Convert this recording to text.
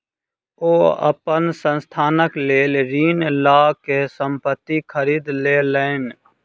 ओ अपन संस्थानक लेल ऋण लअ के संपत्ति खरीद लेलैन